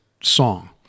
song